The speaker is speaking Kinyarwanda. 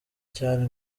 cyane